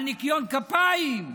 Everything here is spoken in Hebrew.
על ניקיון כפיים,